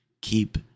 keep